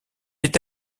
est